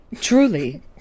Truly